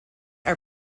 are